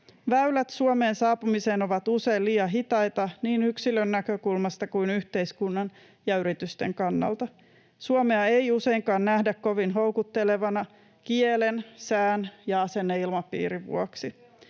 Väylät Suomeen saapumiseen ovat usein liian hitaita niin yksilön näkökulmasta kuin yhteiskunnan ja yritysten kannalta. Suomea ei useinkaan nähdä kovin houkuttelevana kielen, sään ja asenneilmapiirin vuoksi.